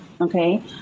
okay